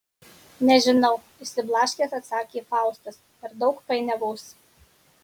nežinau išsiblaškęs atsakė faustas per daug painiavos